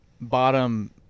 bottom –